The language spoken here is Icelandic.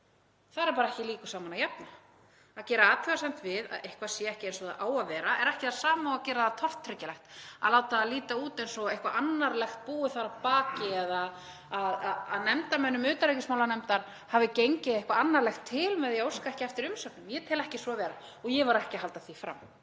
Þar er bara ekki líku saman að jafna, að gera athugasemd við að eitthvað sé ekki eins og það á að vera er ekki það sama og að gera það tortryggilegt, að láta það líta út eins og eitthvað annarlegt búi þar að baki eða að nefndarmönnum utanríkismálanefndar hafi gengið eitthvað annarlegt til með því að óska ekki eftir umsögnum. Ég tel ekki svo vera og ég var ekki að halda því fram.